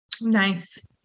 Nice